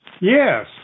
Yes